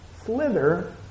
slither